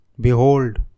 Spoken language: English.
Behold